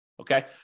Okay